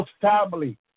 family